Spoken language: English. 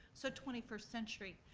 so twenty first century.